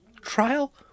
trial